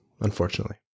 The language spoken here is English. unfortunately